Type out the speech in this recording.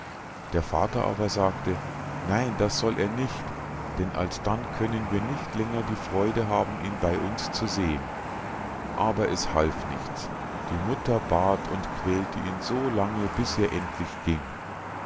der vater aber sagte nein das soll er nicht denn alsdann können wir nicht länger die freude haben ihn bei uns zu sehen aber es half nichts die mutter bat und quälte ihn so lange bis er endlich ging